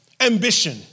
ambition